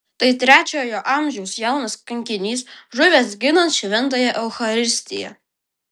tai trečiojo amžiaus jaunas kankinys žuvęs ginant šventąją eucharistiją